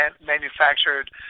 manufactured